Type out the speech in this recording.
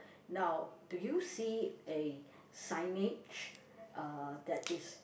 now do you see a signage uh that is